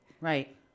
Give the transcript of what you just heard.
Right